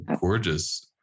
gorgeous